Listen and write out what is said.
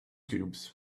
cubes